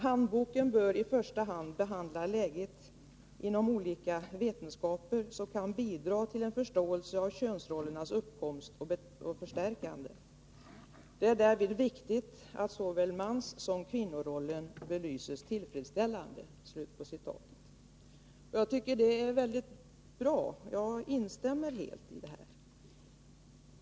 ”Handboken bör i första hand behandla läget inom de olika vetenskaper som kan bidra till en förståelse av könsrollernas uppkomst och förstärkande. Det är därvid viktigt att såväl manssom kvinnorollen belyses 37 Detta är väldigt bra, och jag instämmer helt.